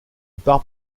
part